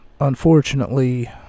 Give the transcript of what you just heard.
unfortunately